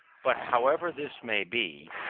but however this may be,